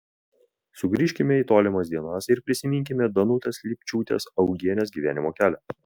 sugrįžkime į tolimas dienas ir prisiminkime danutės lipčiūtės augienės gyvenimo kelią